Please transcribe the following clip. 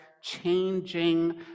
changing